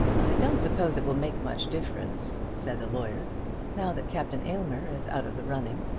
i don't suppose it will make much difference, said the lawyer now that captain aylmer is out of the running.